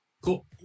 Cool